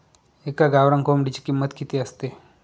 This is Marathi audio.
एका गावरान कोंबडीची किंमत किती असते?